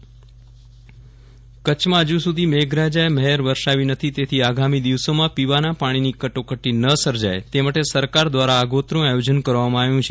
Viral Rana Tappar dam કચ્છમાં હજુસુધી મેઘરાજાએ મહેર વરસાવી નથી તેથી આગામી દિવસોમાં પીવાના પાણીની કટોકટી ન સર્જાય તે માટે સરકાર દ્વારા આગોતરું આયોજન કરવામાં આવ્યું છે